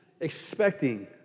expecting